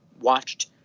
watched